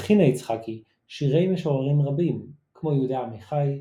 הלחינה יצחקי שירי משוררים רבים כמו יהודה עמיחי,